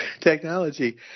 technology